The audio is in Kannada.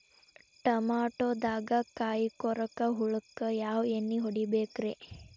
ಟಮಾಟೊದಾಗ ಕಾಯಿಕೊರಕ ಹುಳಕ್ಕ ಯಾವ ಎಣ್ಣಿ ಹೊಡಿಬೇಕ್ರೇ?